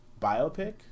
biopic